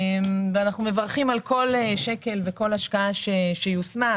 אנחנו מברכים על כל שקל ועל כל השקעה שיושמה,